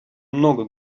много